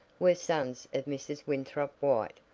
were sons of mrs. winthrop white,